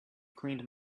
cleaned